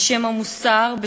בשם המוסר,